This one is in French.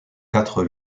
quatre